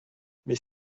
mais